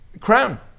crown